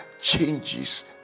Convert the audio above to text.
changes